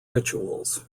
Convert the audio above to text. rituals